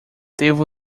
devo